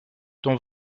ton